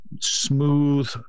smooth